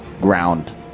ground